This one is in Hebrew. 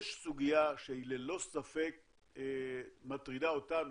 יש סוגיה שהיא ללא ספק מטרידה אותנו,